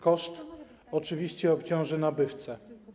Koszt oczywiście obciąży nabywcę.